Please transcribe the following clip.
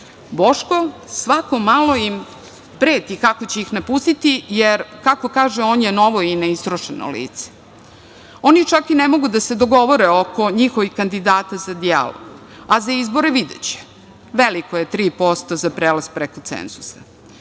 Boško svako malo im preti kako će ih napustiti, jer, kako kaže, on je novo i neistrošeno lice. Oni čak i ne mogu da se dogovore oko njihovih kandidata za dijalog, a za izbore videće. Veliko je 3% za prelaz preko cenzusa. Da